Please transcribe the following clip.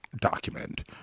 document